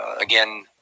Again